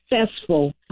successful